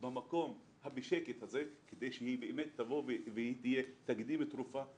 במקום השקט הזה כדי שהיא באמת תבוא ותקדים תרופה למכה.